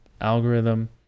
algorithm